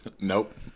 Nope